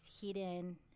hidden